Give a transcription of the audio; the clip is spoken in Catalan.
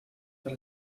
per